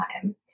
time